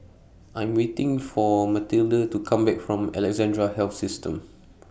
I Am waiting For Mathilde to Come Back from Alexandra Health System